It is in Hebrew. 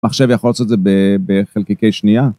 ‫מחשב יכול לעשות את זה בחלקיקי שנייה.